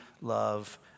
love